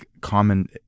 common